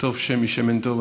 "טוב שם משמן טוב",